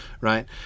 right